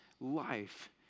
life